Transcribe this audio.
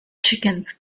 chickens